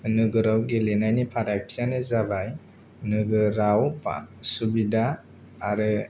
नोगोराव गेलेनायनि फारागथियानो जाबाय नोगोराव सुबिदा आरो